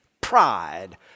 pride